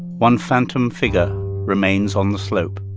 one phantom figure remains on the slope,